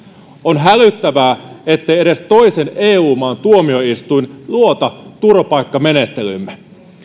on hälyttävää ettei edes toisen eu maan tuomioistuin luota turvapaikkamenettelyymme